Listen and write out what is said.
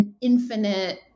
infinite